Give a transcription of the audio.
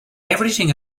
everything